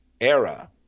era